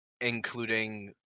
Including